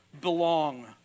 belong